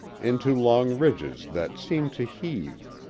into long ridges that seemed to heave,